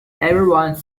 everyone